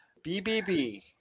BBB